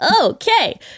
Okay